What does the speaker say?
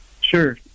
Sure